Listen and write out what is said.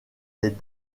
les